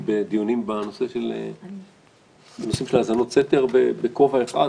אני הייתי בדיונים בנושאים של האזנות סתר בכובע אחד,